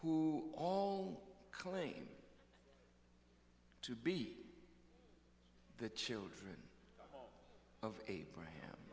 who all claim to be the children of abraham